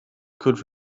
could